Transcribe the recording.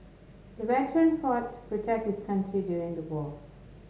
the veteran fought to protect his country during the war